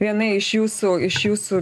viena iš jūsų iš jūsų